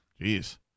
Jeez